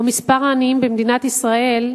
או מספר העניים במדינת ישראל,